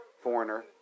Foreigner